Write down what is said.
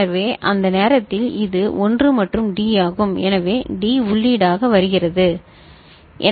எனவே அந்த நேரத்தில் இது 1 மற்றும் டி ஆகும் எனவே டி உள்ளீடாக வருகிறது